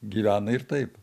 gyvena ir taip